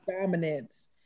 dominance